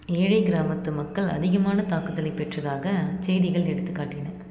ஏழை கிராமத்து மக்கள் அதிகமான தாக்குதலை பெற்றதாக செய்திகள் எடுத்துக் காட்டின